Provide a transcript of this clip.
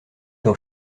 dans